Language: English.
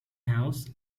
house